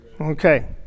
Okay